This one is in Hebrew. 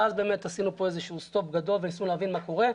ואז עשינו סטופ גדול וניסינו להבין מה קורה.